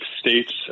states